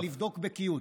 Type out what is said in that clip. ולבדוק בקיאות.